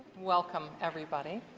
welcome everybody.